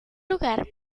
lugar